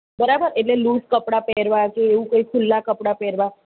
બરાબર એટલે લૂઝ કપડાં પહેરવાં કે એવું કંઈ ખુલ્લાં કપડાં પહેરવાં